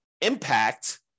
impact